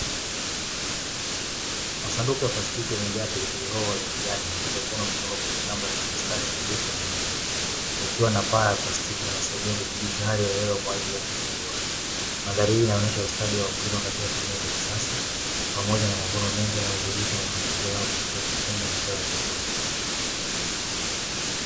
Masanduku ya plastiki yamejaa pilipili hoho za kijani, zilizovunwa kutoka katika shamba lenye mistari nadhifu ya mimea, likiwa na paa la plastiki linalosaidia kudhibiti hali ya hewa kwa ajili ya kilimo bora. Mandhari hii inaonyesha ustadi wa wakulima katika kilimo cha kisasa pamoja na mavuno mengi yanayodhihirisha mafanikio yao katika uzalishaji wa mazao ya chakula.